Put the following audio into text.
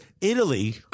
Italy